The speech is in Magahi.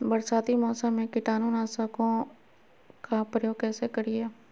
बरसाती मौसम में कीटाणु नाशक ओं का प्रयोग कैसे करिये?